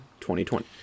2020